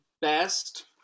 best